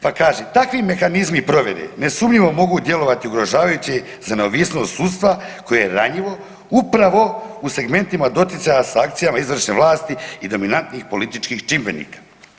Pa kaže, takvi mehanizmi provjere nesumnjivo mogu djelovati ugrožavajuće za neovisnost sudstva koje je ranjivo upravo u segmentima doticaja sa akcijama izvršne vlasti i dominantnih političkih čimbenika.